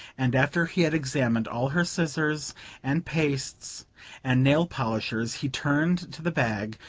and after he had examined all her scissors and pastes and nail-polishers he turned to the bag,